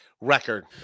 record